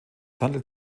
handelt